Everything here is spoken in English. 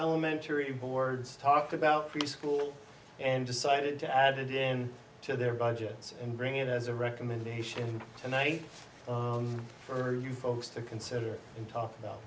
elementary boards talked about the school and decided to add it in to their budgets and bring it as a recommendation tonight for you folks to consider and talk about